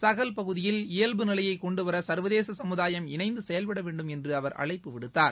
சகல் பகுதியில் இயல்புநிலையைக் கொண்டுவர சர்வதேச சமுதாயம் இணைந்து செயல்பட வேண்டும் என்று அவர் அழைப்பு விடுத்தார்